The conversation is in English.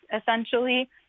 essentially